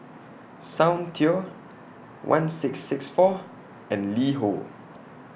Soundteoh one six six four and LiHo